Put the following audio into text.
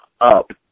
up